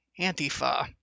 Antifa